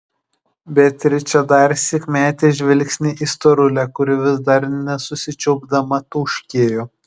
beatričė darsyk metė žvilgsnį į storulę kuri vis dar nesusičiaupdama tauškėjo